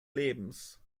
lebens